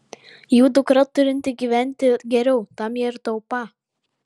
jų dukra turinti gyventi geriau tam jie ir taupą